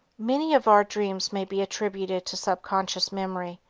many of our dreams may be attributed to subconscious memory,